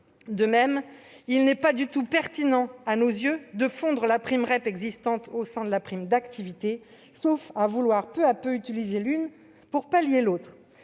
De même, il n'est pas du tout pertinent à nos yeux de fondre la prime REP dans la prime d'activité, sauf à vouloir peu à peu utiliser l'une pour pallier l'autre.